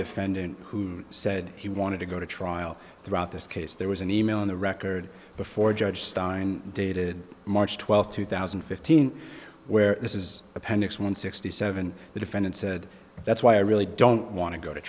defendant who said he wanted to go to trial throughout this case there was an e mail on the record before judge stein dated march twelfth two thousand and fifteen where this is appendix one sixty seven the defendant said that's why i really don't want to go to